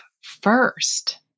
first